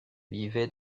vivaient